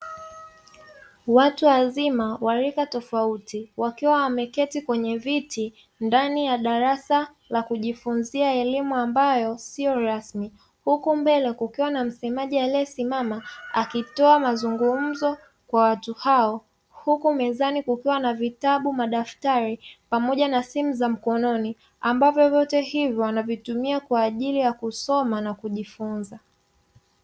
Watu wazima wa rika tofauti wakiwa wameketi kwenye viti ndani ya darasa la kujifunzia elimu ambayo sio rasmi, huku mbele kukiwa na msemaji aliyesimama akitoa mazungumzo kwa watu hao, huku mezani kukiwa na vitabu, madaftari pamoja na simu za mkononi ambavyo vyote hivyo wanavitumia kwa ajili ya kusoma na kujifunza.